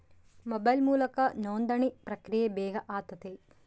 mobile ಮೂಲಕ ನೋಂದಣಿ ಪ್ರಕ್ರಿಯೆ ಬೇಗ ಆತತೆ